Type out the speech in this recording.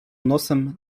nosem